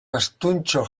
astuntxo